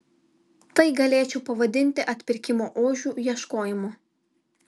tai galėčiau pavadinti atpirkimo ožių ieškojimu